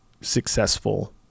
successful